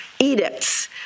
edicts